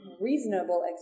reasonable